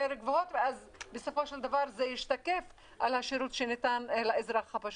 גבוהות ואז בסופו של דבר זה ישתקף בשירות שניתן לאזרח הפשוט.